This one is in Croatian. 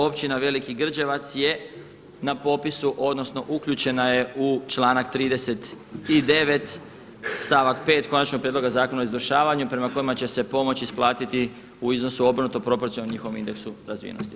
Općina Veliki Grđevac je na popisu, odnosno uključena je u članak 39. stavak 5. Konačnog prijedloga zakona o izvršavanju prema kojima će se pomoć isplatiti u iznosu obrnuto proporcionalno njihovom indeksu razvijenosti.